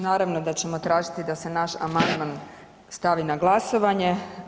Naravno da ćemo tražiti da se naš amandman stavi na glasovanje.